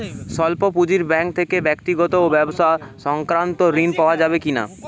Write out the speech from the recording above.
স্বল্প পুঁজির ব্যাঙ্ক থেকে ব্যক্তিগত ও ব্যবসা সংক্রান্ত ঋণ পাওয়া যাবে কিনা?